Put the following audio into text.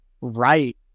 right